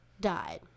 died